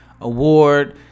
award